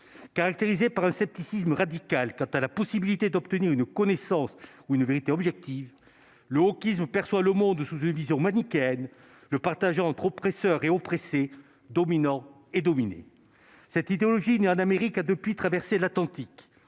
caractérisée par le scepticisme radical quant à la possibilité d'obtenir une connaissance ou une vérité objective l'eau qu'ils on perçoit le monde sous une vision manichéenne le partager entre oppresseur et oppressée dominants et dominés, cette idéologie ni en Amérique a depuis traversé l'Atlantique,